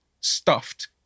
stuffed